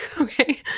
Okay